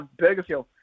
Burgerfield